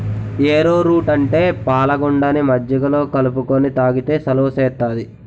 ఏరో route అంటే పాలగుండని మజ్జిగలో కలుపుకొని తాగితే సలవ సేత్తాది